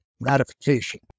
ratification